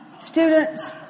Students